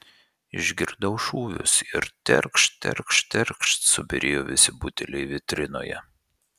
išgirdau šūvius ir terkšt terkšt terkšt subyrėjo visi buteliai vitrinoje